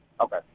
okay